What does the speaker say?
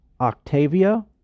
Octavia